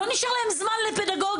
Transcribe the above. לא נשאר להם זמן לפדגוגיה.